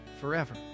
forever